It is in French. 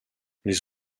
les